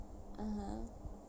mmhmm